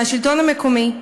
מהשלטון המקומי,